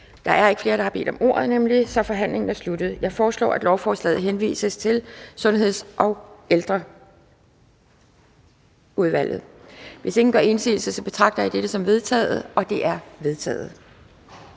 Der er ikke flere, der har bedt om ordet, så forhandlingen er sluttet. Jeg foreslår, at lovforslaget henvises til Sundheds- og Ældreudvalget. Hvis ingen gør indsigelse, betragter jeg det som vedtaget. Det er hermed vedtaget.